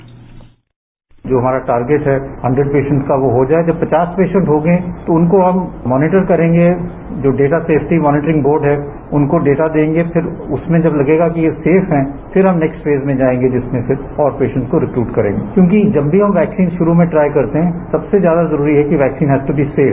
bite Randeep Guleria जो हमारा target है हंडर्ड पेशेंट का वो हो जाएं जब पचास पेशेंट हो गये तो उनको हम मॉनिटर करेंगे जो डेटा सेफ्टी मॉनिटर बोर्ड है उनको डेटा देंगे फिर उसमें जब लगेगा कि ये सेफ है फिर हम नेक्स्ट फेज में जाएंगे जिसमें हम और पेशेंट को रिक्रूट करेंगे क्योंकि जब भी हम वैक्सीन शुरू में ट्राई करते है सबसे ज्यादा जरूरी है कि vaccine has to be safe